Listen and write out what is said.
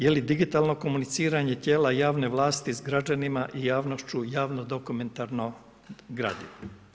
Je li digitalno komuniciranje tijela javne vlasti s građanima i javnošću javno dokumentarno gradivo?